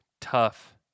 tough